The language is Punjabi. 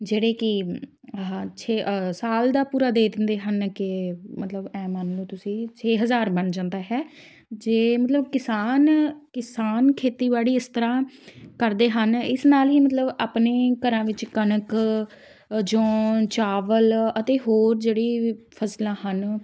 ਜਿਹੜੇ ਕਿ ਆਹ ਛੇ ਸਾਲ ਦਾ ਪੂਰਾ ਦੇ ਦਿੰਦੇ ਹਨ ਕਿ ਮਤਲਬ ਇਹ ਮੰਨ ਲਓ ਤੁਸੀਂ ਛੇ ਹਜ਼ਾਰ ਬਣ ਜਾਂਦਾ ਹੈ ਜੇ ਮਤਲਬ ਕਿਸਾਨ ਕਿਸਾਨ ਖੇਤੀਬਾੜੀ ਇਸ ਤਰ੍ਹਾਂ ਕਰਦੇ ਹਨ ਇਸ ਨਾਲ ਹੀ ਮਤਲਬ ਆਪਣੇ ਘਰਾਂ ਵਿੱਚ ਕਣਕ ਜੌਂ ਚਾਵਲ ਅਤੇ ਹੋਰ ਜਿਹੜੇ ਫ਼ਸਲਾਂ ਹਨ